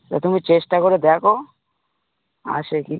তা তুমি চেষ্টা করে দেখো আসে কি